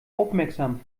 aufmerksam